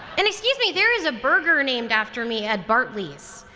and excuse me, there is a burger named after me at bartley's,